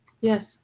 Yes